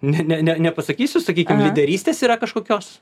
ne ne ne nepasakysiu sakykim lyderystės yra kažkokios